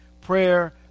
prayer